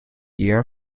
year